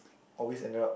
always ended up